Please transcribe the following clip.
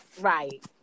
right